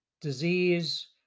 disease